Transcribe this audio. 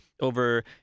over